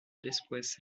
después